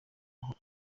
aho